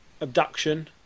abduction